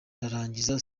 ndarangiza